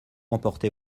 emporter